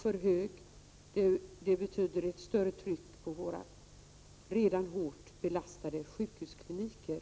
För hög nivå betyder ett större tryck på våra redan hårt belastade sjukhuskliniker.